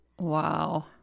wow